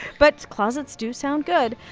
but closets do sound good.